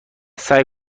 سعی